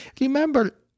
remember